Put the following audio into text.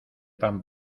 pan